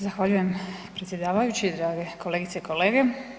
Zahvaljujem predsjedavajući, drage kolegice i kolege.